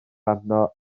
arno